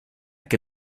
que